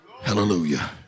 Hallelujah